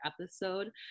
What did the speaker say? episode